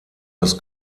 das